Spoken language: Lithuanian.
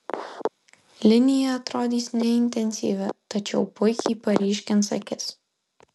linija atrodys neintensyvi tačiau puikiai paryškins akis